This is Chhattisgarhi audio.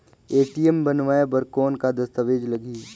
ए.टी.एम बनवाय बर कौन का दस्तावेज लगही?